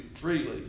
freely